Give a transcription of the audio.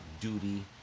duty